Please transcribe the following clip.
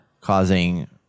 causing